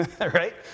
right